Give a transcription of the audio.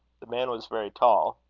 the man was very tall.